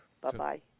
Bye-bye